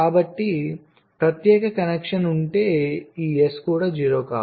కాబట్టి ప్రత్యక్ష కనెక్షన్ ఉంటే ఈ S కూడా 0 కావచ్చు